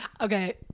Okay